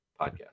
podcast